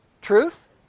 truth